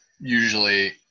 usually